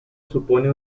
supone